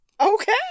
Okay